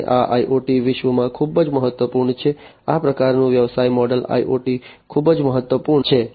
અને આ IoT વિશ્વમાં ખૂબ જ મહત્વપૂર્ણ છે આ પ્રકારનું વ્યવસાય મોડેલ IoT વિશ્વમાં ખૂબ જ મહત્વપૂર્ણ છે